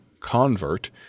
convert